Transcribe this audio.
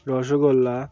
rasgulla